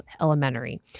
elementary